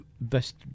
best